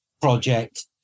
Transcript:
project